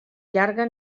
llarga